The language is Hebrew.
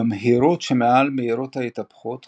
במהירויות שמעל מהירות ההתהפכות,